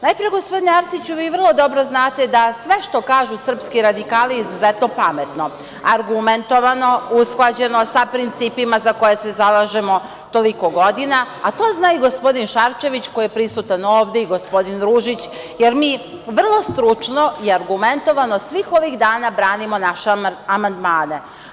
Najpre, gospodine Arsiću, vi vrlo dobro znate da je sve što kažu srpski radikali izuzetno pametno, argumentovano, usklađeno, sa principima za koje se zalažemo toliko godina, a to zna i gospodin Šarčević koji je prisutan ovde i gospodin Ružić, jer mi vrlo stručno i argumentovano svih ovih dana branimo naše amandmane.